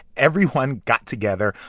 everyone got together.